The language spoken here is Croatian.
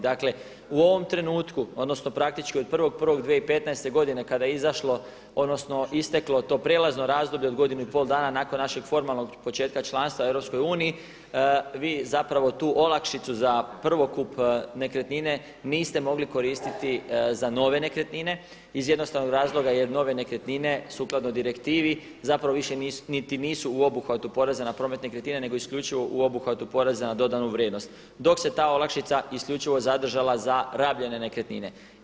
Dakle, u ovom trenutku, praktički od 1.1.2015. godine kada je izašlo odnosno isteklo to prijelazno razdoblje od godinu i pol dana nakon našeg formalnog početka članstva u Europskoj uniji vi zapravo tu olakšicu za prvokup nekretnine niste mogli koristiti za nove nekretnine iz jednostavnog razloga jer nove nekretnine sukladno direktivi zapravo više niti nisu u obuhvatu poreza na promet nekretnina, nego isključivo u obuhvatu poreza na dodanu vrijednosti, dok se ta olakšica isključivo zadržala za rabljene nekretnine.